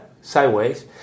sideways